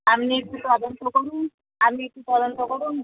আপনি একটু তদন্ত করুন আপনি একটু তদন্ত করুন